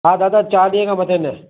हा दादा चार ॾींहं खां मथे न